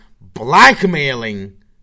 blackmailing